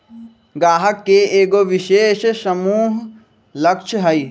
गाहक के एगो विशेष समूह लक्ष हई